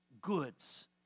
goods